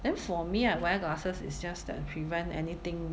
then for me I wear glasses is just to prevent anything